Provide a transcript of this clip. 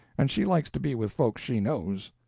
and she likes to be with folks she knows.